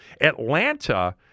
Atlanta